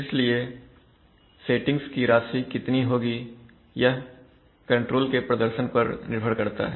इसलिए सेटिंग्स की राशि कितनी होगी यह कंट्रोल के प्रदर्शन पर निर्भर करता है